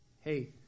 Hey